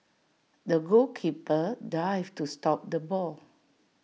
the goalkeeper dived to stop the ball